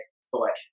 selection